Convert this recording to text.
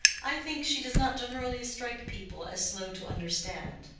i think she does not generally strike people as slow to understand.